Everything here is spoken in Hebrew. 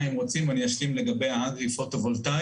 אם רוצים, אני אשלים לגבי האגרי פוטו-וולטאי.